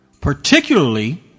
Particularly